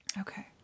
Okay